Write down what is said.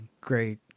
great